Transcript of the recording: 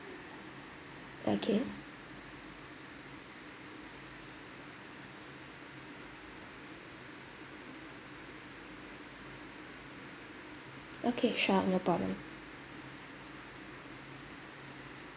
okay okay sure no problem